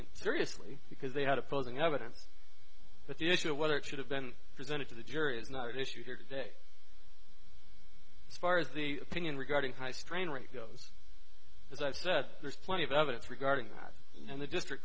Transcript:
in seriously because they had opposing evidence but the issue of whether it should have been presented to the jury is not an issue here today as far as the opinion regarding high strain rate goes as i've said there's plenty of evidence regarding that and the district